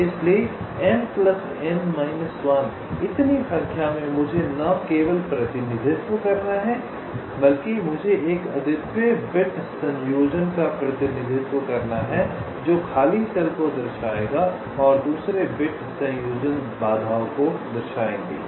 इसलिए इतनी संख्या में मुझे न केवल प्रतिनिधित्व करना है कि मुझे एक अद्वितीय बिट संयोजन का प्रतिनिधित्व करना है जो खाली सेल को दर्शाएगा और दूसरे बिट संयोजन बाधाओं को दर्शाएंगे